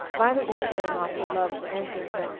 violently showing off her love for anthony,